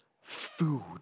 food